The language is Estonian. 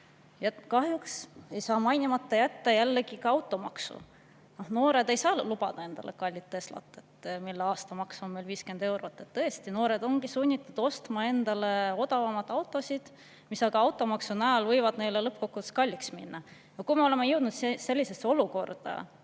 Kahjuks ei saa jällegi mainimata jätta ka automaksu. Noored ei saa lubada endale kallist Teslat, mille aastamaks on 50 eurot. Tõesti, noored ongi sunnitud ostma endale odavamaid autosid, mis aga automaksu tõttu võivad neile lõppkokkuvõttes kalliks minna. Kui me oleme jõudnud sellisesse olukorda,